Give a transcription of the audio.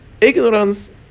Ignorance